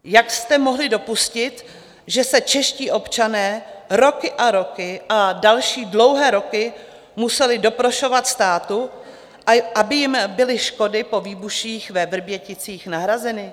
Jak jste mohli dopustit, že se čeští občané roky a roky a další dlouhé roky museli doprošovat státu, aby jim byly škody po výbuších ve Vrběticích nahrazeny?